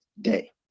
day